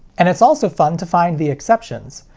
and it's also fun to find the exceptions.